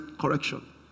correction